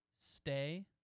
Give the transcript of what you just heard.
Stay